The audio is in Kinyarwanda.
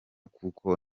kuko